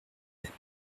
peine